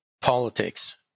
politics